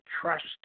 trust